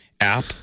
app